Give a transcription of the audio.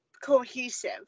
cohesive